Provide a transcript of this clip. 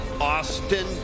Austin